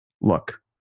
look